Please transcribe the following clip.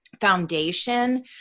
foundation